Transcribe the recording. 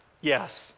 yes